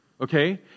Okay